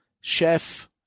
chef